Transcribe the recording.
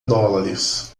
dólares